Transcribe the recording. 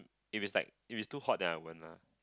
if is too hot then I won't lah